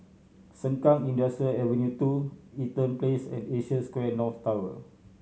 Sengkang Industrial Avenue Two Eaton Place and Asia Square North Tower